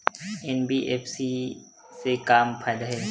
NBFC से का फ़ायदा हे?